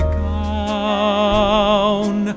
gown